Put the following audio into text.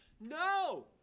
No